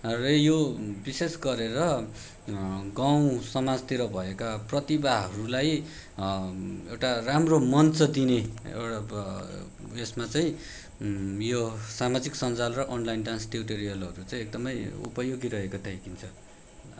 र यो विशेष गरेर गाउँ समाजतिर भएका प्रतिभाहरूलाई एउटा राम्रो मञ्च दिने एउटा उ यस्मा चाहिँ यो सामाजिक सञ्जाल र अनलाइन डान्स ट्युटोरियलहरू चाहिँ एकदमै उपयोगी रहेको देखिन्छ